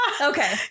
okay